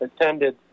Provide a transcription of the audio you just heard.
attended